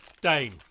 Dane